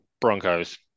Broncos